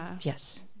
Yes